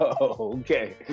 Okay